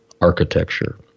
architecture